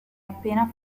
appena